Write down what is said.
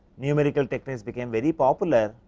numerical techniques become very popular.